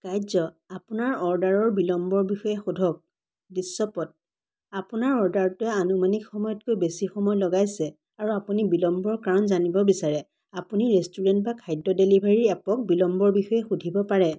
কাৰ্য আপোনাৰ অৰ্ডাৰৰ বিলম্বৰ বিষয়ে সোধক দৃশ্যপট আপোনাৰ অৰ্ডাৰটোৱে আনুমানিক সময়তকৈ বেছি সময় লগাইছে আৰু আপুনি বিলম্বৰ কাৰণ জানিব বিচাৰে আপুনি ৰেষ্টুৰেণ্ট বা খাদ্য ডেলিভাৰী এপক বিলম্বৰ বিষয়ে সুধিব পাৰে